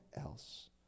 else